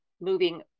moving